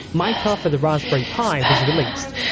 minecraft for the raspberry pi was released.